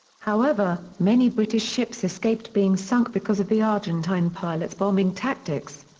however, many british ships escaped being sunk because of the argentine pilots' bombing tactics.